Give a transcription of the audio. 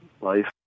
life